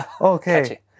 Okay